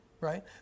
right